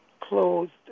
closed